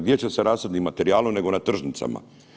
Gdje će sa rasadnim materijalom nego na tržnicama?